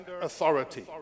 authority